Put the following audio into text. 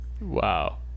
Wow